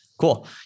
Cool